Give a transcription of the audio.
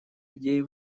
идеи